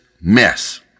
mess